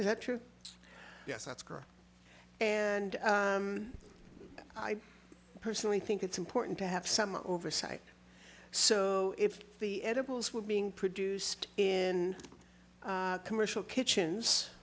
is that true yes that's correct and i personally think it's important to have some oversight so if the edibles were being produced in commercial kitchens